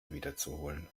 wiederzuholen